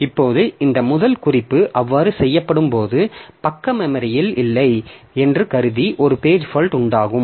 இப்போது இந்த முதல் குறிப்பு அவ்வாறு செய்யப்படும்போது பக்கம் மெமரியில் இல்லை என்று கருதி ஒரு பேஜ் பால்ட் உண்டாகும்